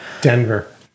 Denver